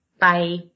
Bye